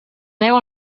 veu